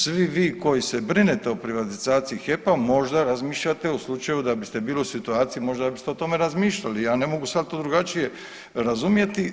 Svi vi koji se brinete o privatizaciji HEP-a možda razmišljate u slučaju da biste bili u situaciji, možda biste o tome razmišljali, ja ne mogu sad to drugačije razumjeti.